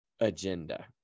agenda